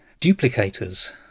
duplicators